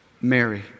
Mary